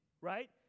right